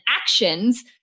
actions